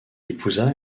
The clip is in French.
épousa